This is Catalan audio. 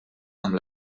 amb